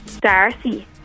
Darcy